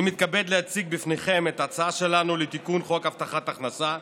אני מתכבד להציג בפניכם את ההצעה שלנו לתיקון חוק הבטחת הכנסה,